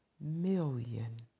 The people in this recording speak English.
million